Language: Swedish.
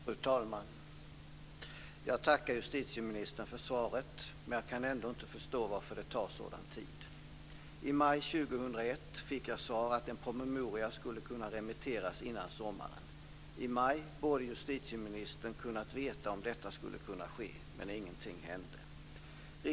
Fru talman! Jag tackar justitieministern för svaret, men jag kan ändå inte förstå varför det tar sådan tid. I maj 2001 fick jag svar att en promemoria skulle kunna remitteras innan sommaren. I maj borde justitieministern ha kunnat veta om detta skulle kunna ske, men ingenting hände.